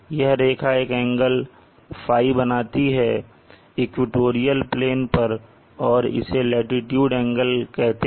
यह रेखा एक एंगल Ф बनाती है इक्वेटोरियल प्लेन पर और इसे लाटीट्यूड एंगल कहते हैं